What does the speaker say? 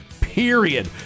Period